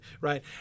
Right